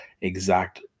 exact